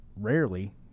rarely